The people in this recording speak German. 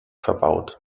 verbaut